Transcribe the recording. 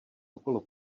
okolo